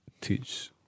teach